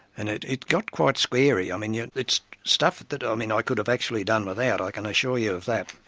and it it got quite scary, i mean yeah it's stuff that that um i could have actually done without, i can assure you of that.